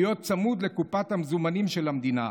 להיות צמוד לקופת המזומנים של המדינה.